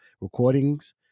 recordings